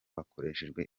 hakoreshejwe